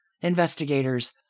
Investigators